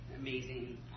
amazing